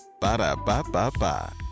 Ba-da-ba-ba-ba